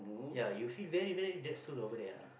ya you feel very very relax too over there